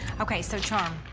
okay so charm,